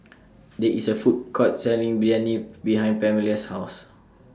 There IS A Food Court Selling Biryani behind Pamelia's House